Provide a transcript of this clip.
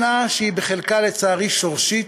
שנאה שהיא בחלקה לצערי שורשית,